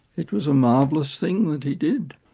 it was a marvellous thing that he did.